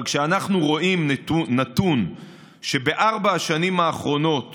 אבל כשאנחנו רואים נתון שבארבע השנים האחרונות